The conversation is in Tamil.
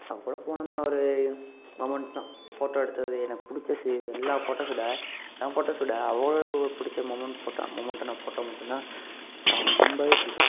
அவள் கூட போனமுனால் ஒரு மொமெண்ட் தான் ஃபோட்டோ எடுத்து அது எனக்கு பிடிச்ச எல்லா ஃபோட்டோஸ் விட என் ஃபோட்டோஸ் விட அவ்வளோவு பிடிச்ச மொமெண்ட் ஃபோட்டோ மொமெண்ட்டான ஃபோட்டோ மட்டுந்தான் எனக்கு ரொம்பவே பிடிக்கும்